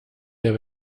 der